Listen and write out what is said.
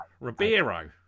Ribeiro